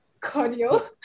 Cordial